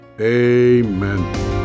amen